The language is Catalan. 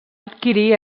adquirir